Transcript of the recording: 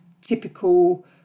typical